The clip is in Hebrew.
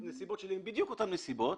הנסיבות שלי הן בדיוק אותן נסיבות